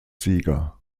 sieger